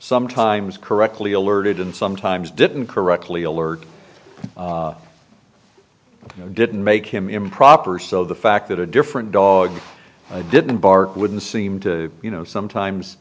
sometimes correctly alerted and sometimes didn't correctly alert didn't make him improper so the fact that a different dog didn't bark wouldn't seem to you know sometimes